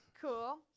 cool